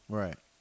right